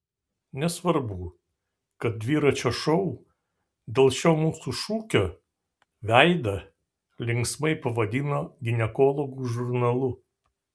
nesvarbu kad dviračio šou dėl šio mūsų šūkio veidą linksmai pavadino ginekologų žurnalu